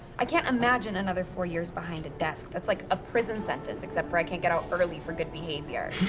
i can't imagine another four years behind a desk. that's like a prison sentence, except for i can't get out early for good behavior.